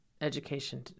education